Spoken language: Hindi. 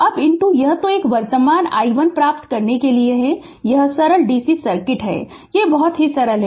अब यह तो है कि वर्तमान i1 प्राप्त करने के लिए यह सरल DC सर्किट है यह सरल है